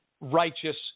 righteous